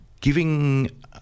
giving